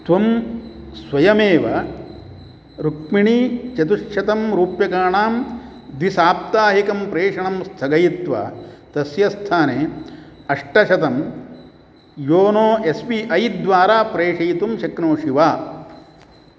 त्वं स्वयमेव रुक्मिणीं चतुश्शतं रूप्यकाणां द्विसाप्ताहिकं प्रेषणं स्थगयित्वा तस्य स्थाने अष्टशतं योनो एस् बी ऐ द्वारा प्रेषयितुं शक्नोषि वा